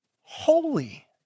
holy